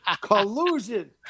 Collusion